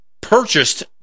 purchased